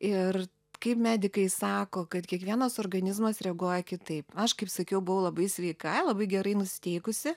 ir kaip medikai sako kad kiekvienas organizmas reaguoja kitaip aš kaip sakiau buvau labai sveika labai gerai nusiteikusi